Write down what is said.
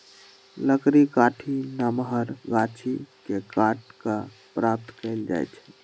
लकड़ी काठी नमहर गाछि के काट कऽ प्राप्त कएल जाइ छइ